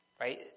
right